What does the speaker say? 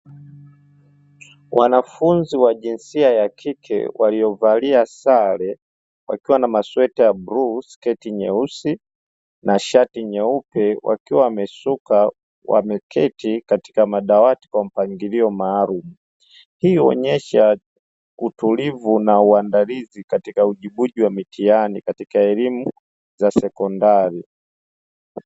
Wanafunzi wa jinsia ya kike waliovalia sare, wakiwa na masweta ya bluu, sketi nyeusi na shati nyeupe wakiwa wamesuka wameketi katika madawati kwa mpangilio maalumu, hii huonyesha utulivu na uandalizi katika ujibuji wa mitihani katika elimu za sekondari.